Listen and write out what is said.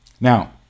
Now